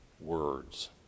words